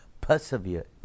persevere